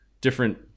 different